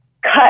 cut